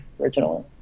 originally